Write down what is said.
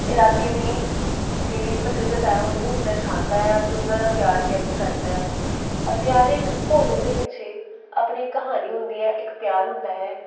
ਇਲਾਕੇ ਦੀ ਜਿਹੜੀ ਪ੍ਰਸਿੱਧਤਾ ਹੈ ਉਹਨੂੰ ਦਰਸਾਉਂਦਾ ਹੈ ਅਤੇ ਉਹਨਾਂ ਦਾ ਪਿਆਰ ਵਿਅਕਤ ਕਰਦਾ ਹੈ ਅਤੇ ਹਰ ਇੱਕ ਭੋਜਨ ਦੇ ਪਿੱਛੇ ਆਪਣੀ ਕਹਾਣੀ ਹੁੰਦੀ ਹੈ ਇੱਕ ਪਿਆਰ ਹੁੰਦਾ ਹੈ